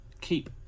keep